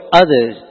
others